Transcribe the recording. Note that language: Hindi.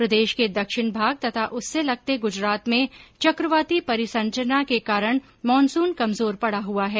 प्रदेश के दक्षिण भाग तथा उससे लगते गुजरात में चक्रवाती परिसंरचना के कारण मानसून कमजोर पड़ा हुआ है